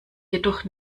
jedoch